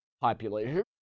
population